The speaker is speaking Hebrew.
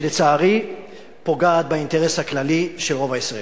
שלצערי פוגעת באינטרס הכללי של רוב הישראלים.